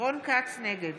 נגד